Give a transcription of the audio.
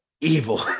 Evil